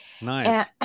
Nice